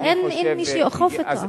אין מי שיאכוף אותה.